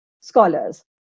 scholars